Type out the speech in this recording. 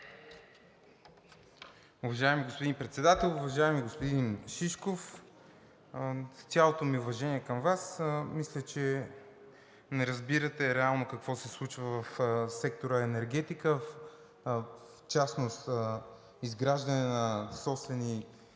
Уважаеми господин Председател, уважаеми господин Шишков, с цялото ми уважение към Вас, мисля, че не разбирате реално какво се случва в сектор „Енергетика“, в частност изграждане на собствени